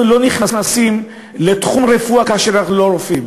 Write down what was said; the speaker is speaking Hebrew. אנחנו לא נכנסים לתחום רפואי כאשר אנחנו לא רופאים,